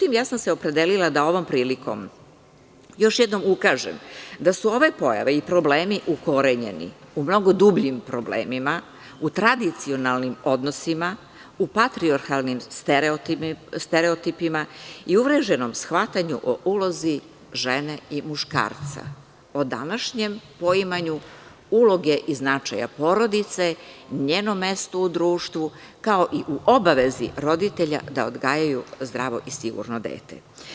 Opredelila sam se da ovom prilikom još jednom ukažem da su ove pojave i problemi ukorenjeni u mnogo dubljim problemima, u tradicionalnim odnosima, u patrijarhalnim stereotipima i uvreženom shvatanju o ulozi žene i muškarca, po današnjem poimanju uloge i značaju porodice, njenom mestu u društvu, kao i u obavezi roditelja da odgajaju zdravo i sigurno dete.